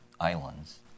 islands